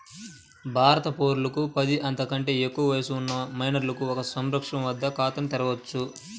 భారత పౌరులకు పది, అంతకంటే ఎక్కువ వయస్సు ఉన్న మైనర్లు ఒక సంరక్షకుని వద్ద ఖాతాను తెరవవచ్చు